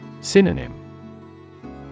Synonym